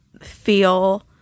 feel